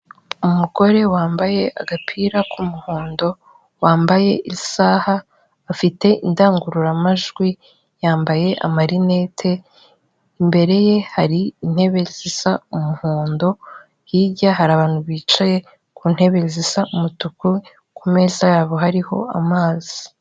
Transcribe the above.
Umugore wambaye agapira k'umuhondo, wambaye isaha afite indangururamajwi yambaye amarinete, imbere ye hari intebe zisa umuhondo, hirya hari abantu bicaye ku ntebe zisa umutuku kumeza yabo hariho amazi.